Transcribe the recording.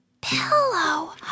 pillow